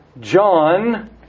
John